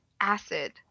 acid